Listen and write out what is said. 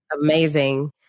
amazing